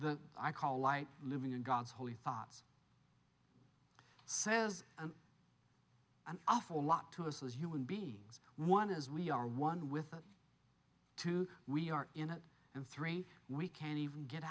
the i call light living in god's holy thoughts says an awful lot to us as human beings one is we are one with two we are in it and three we can't even get